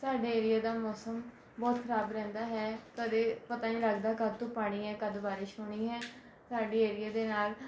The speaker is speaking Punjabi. ਸਾਡੇ ਏਰੀਏ ਦਾ ਮੌਸਮ ਬਹੁਤ ਖਰਾਬ ਰਹਿੰਦਾ ਹੈ ਕਦੇ ਪਤਾ ਨਹੀਂ ਲਗਦਾ ਕਦ ਧੁੱਪ ਆਉਣੀ ਹੇੈ ਕਦ ਬਾਰਿਸ਼ ਹੋਣੀ ਹੈ ਸਾਡੇ ਏਰੀਏ ਦੇ ਨਾਲ